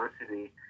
University